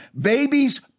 babies